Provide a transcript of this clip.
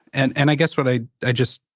and and i guess what i i just,